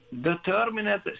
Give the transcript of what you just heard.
determined